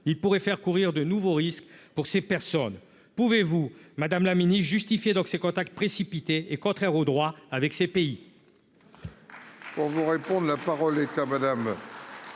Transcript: ils pourraient faire courir de nouveaux risques pour ces personnes. Madame la ministre, pouvez-vous justifier ces contacts précipités et contraires au droit avec ces pays ?